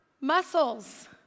muscles